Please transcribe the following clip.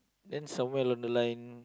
then somewhere along the line